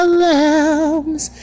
lambs